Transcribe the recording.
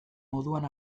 moduan